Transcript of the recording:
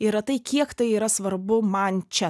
yra tai kiek tai yra svarbu man čia